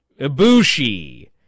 Ibushi